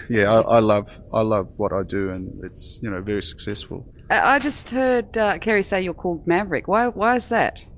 yeah i love ah love what i do and it's you know very successful. i just heard kerry say you're called maverick why is that?